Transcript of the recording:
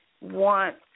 want